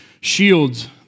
shields